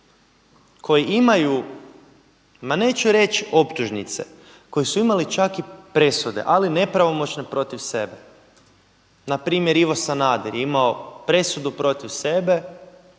koji imaju, ma neću reći optužnice, koji su imali čak i presude ali nepravomoćne protiv sebe. Npr. Ivo Sanader je imao presudu protiv sebe